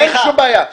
אין שום בעיה.